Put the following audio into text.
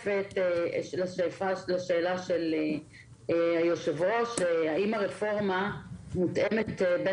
לשאלה של היושב-ראש לגבי התאמה בין